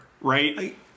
right